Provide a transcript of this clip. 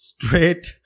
straight